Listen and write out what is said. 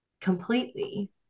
completely